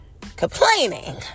Complaining